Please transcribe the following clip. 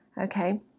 okay